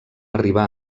arribar